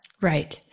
Right